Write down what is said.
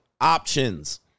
options